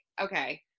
okay